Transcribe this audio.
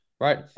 right